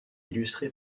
illustrée